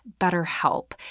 BetterHelp